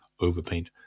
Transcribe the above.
overpaint